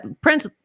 Prince